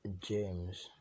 James